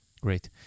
Great